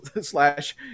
slash